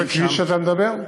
על איזה כביש אתה מדבר?